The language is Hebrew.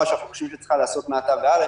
שאנחנו חושבים שצריכה להיעשות מעתה והלאה,